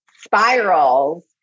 spirals